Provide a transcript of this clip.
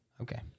Okay